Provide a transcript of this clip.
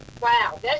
Wow